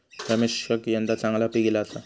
रमेशका यंदा चांगला पीक ईला आसा